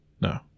No